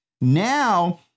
Now